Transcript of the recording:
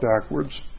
backwards